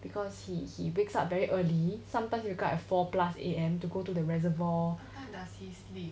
because he he wakes up very early sometimes wake up at four plus A_M to go to the reservoir